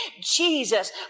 Jesus